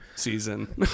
season